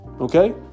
Okay